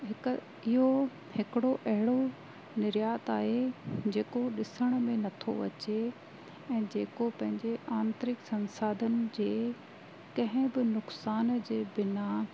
हिकु इहो हिकिड़ो अहिड़ो निर्यात आहे जेको ॾिसणु में न थो अचे ऐं जेको पंहिंजे आंतरिक संसाधन जे कंहिं बि नुक़सान जे बिना